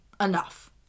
enough